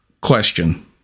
question